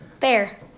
Fair